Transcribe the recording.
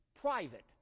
private